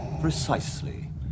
Precisely